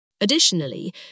Additionally